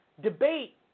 debate